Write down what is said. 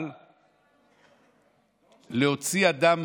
אבל להוציא אדם